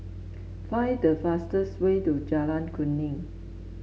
find the fastest way to Jalan Kuning